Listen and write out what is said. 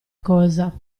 cosa